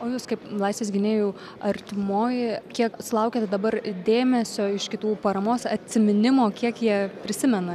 o jūs kaip laisvės gynėjų artimoji kiek sulaukiate dabar dėmesio iš kitų paramos atsiminimo kiek jie prisimena